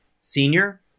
Senior